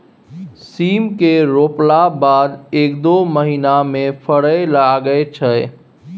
सीम केँ रोपला बाद एक दु महीना मे फरय लगय छै